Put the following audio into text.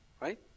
right